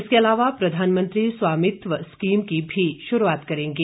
इसके अलावा प्रधानमंत्री स्वामित्व स्कीम की भी श्रूआत करेंगे